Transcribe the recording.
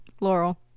Laurel